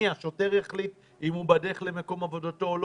האם השוטר יחליט אם הוא בדרך למקום עבודתו או לא?